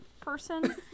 person